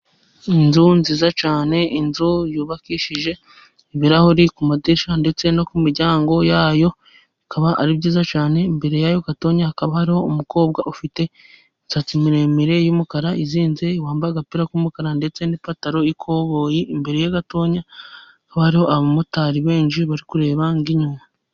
Inzu nziza cyane, inzu yubakishije ibirahuri ku madirisha ndetse no ku miryango yayo, bikaba ari byiza cyane mbere yaho gatoya hakaba hariho umukobwa ufite imisatsi miremire y'umukara izinze, wambaye agapira k'umukara ndetse n'ipantaro y'ikoboyi, imbere ya gatoya hariho abamotari benshi bari kureba inyuma.